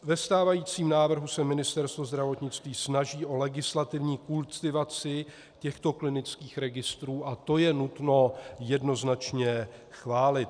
Ve stávajícím návrhu se Ministerstvo zdravotnictví snaží o legislativní kultivaci těchto klinických registrů a to je nutno jednoznačně chválit.